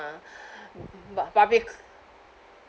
but bec~